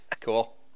Cool